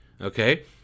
okay